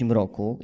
roku